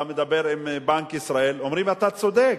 אתה מדבר עם בנק ישראל, אומרים: אתה צודק.